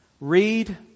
Read